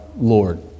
Lord